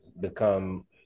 become